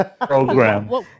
program